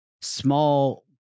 small